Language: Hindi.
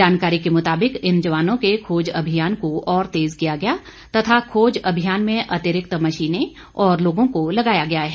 जानकारी के मुताबिक इन जवानों के खोज अभियान को और तेज किया गया तथा खोज अभियान में अतिरिक्त मशीने और लोगों को लगाया गया है